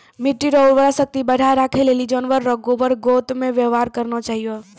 मिट्टी रो उर्वरा शक्ति बढ़ाएं राखै लेली जानवर रो गोबर गोत रो वेवहार करना चाहियो